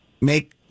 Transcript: make